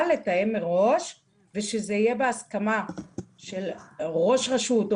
לתאם מראש ושזה יהיה בהסכמה של ראש רשות.